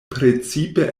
precipe